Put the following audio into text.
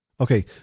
Okay